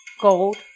gold